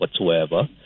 whatsoever